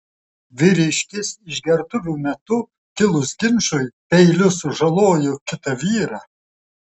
vyriškis išgertuvių metu kilus ginčui peiliu sužalojo kitą vyrą